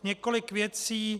Několik věcí.